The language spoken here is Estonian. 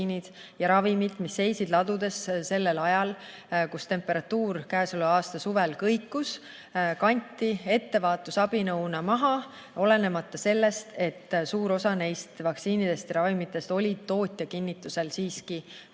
ja ravimid, mis seisid ladudes sellel ajal, kui temperatuur selle aasta suvel kõikus, kantakse ettevaatusabinõuna maha, olenemata sellest, et suur osa neist vaktsiinidest ja ravimitest olid tootja kinnitusel siiski